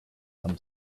some